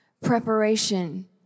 preparation